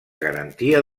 garantia